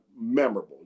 memorable